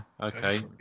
okay